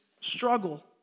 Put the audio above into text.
struggle